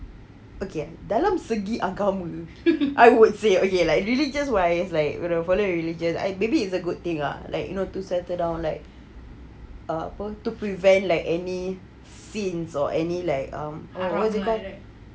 okay dalam segi agama I would say okay like really just wise like follow your religious maybe it's a good thing lah like just to settle down like err apa to prevent like any sins or any like um what does it call